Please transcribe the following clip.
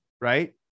right